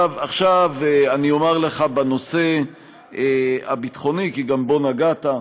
עכשיו אני אומר לך בנושא הביטחוני, כי גם בו נגעת.